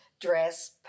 dress